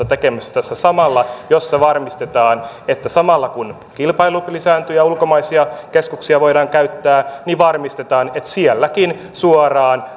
tekemässä tässä samalla tällaista lakimuutosta jossa varmistetaan että samalla kun kilpailu lisääntyy ja ulkomaisia keskuksia voidaan käyttää niin sielläkin suoraan